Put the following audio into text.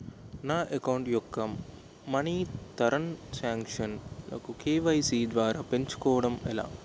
నా అకౌంట్ యెక్క మనీ తరణ్ సాంక్షన్ లు కే.వై.సీ ద్వారా పెంచుకోవడం ఎలా?